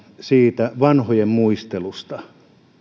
siitä vanhojen muistelusta